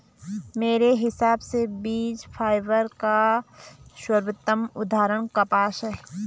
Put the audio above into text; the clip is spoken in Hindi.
मेरे हिसाब से बीज फाइबर का सर्वोत्तम उदाहरण कपास है